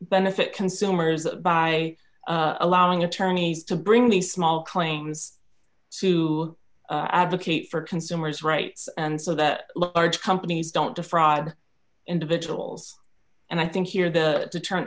benefit consumers by allowing attorneys to bring the small claims to advocate for consumers rights and so that large companies don't defraud individuals and i think here the deterrent